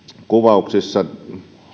kuvauksissa